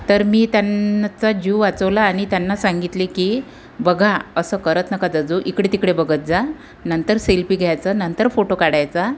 तर मी त्यांचा जीव वाचवला आणि त्यांना सांगितले की बघा असं करत नका जात जाऊ इकडे तिकडे बघत जा नंतर सेल्फी घ्यायचा नंतर फोटो काढायचा